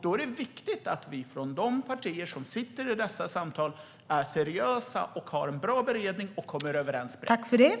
Då är det viktigt att vi från de partier som sitter i dessa samtal är seriösa, har en bra beredning och kommer överens brett.